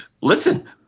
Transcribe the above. listen